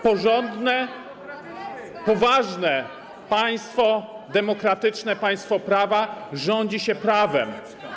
Porządne, poważne państwo, demokratyczne państwo prawa rządzi się prawem.